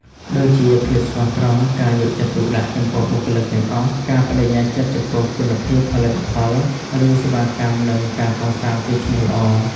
ដូចជា ភាពស្មោះត្រង់ ការយកចិត្តទុកដាក់ចំពោះបុគ្គលិកទាំងអស់ ការប្តេជ្ញាចិត្តចំពោះគុណភាពផលិតផល ឬសេវាកម្ម និងការកសាងកេរ្តិ៍ឈ្មោះល្អ។